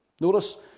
Notice